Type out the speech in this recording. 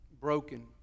broken